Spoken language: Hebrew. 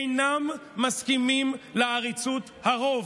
אינם מסכימים לעריצות הרוב,